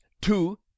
two